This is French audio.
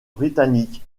britannique